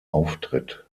auftritt